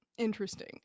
Interesting